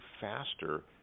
faster